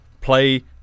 play